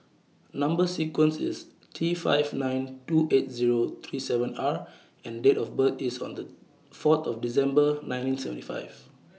Number sequence IS T five nine two eight Zero three seven R and Date of birth IS Under four December nineteen seventy five